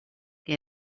que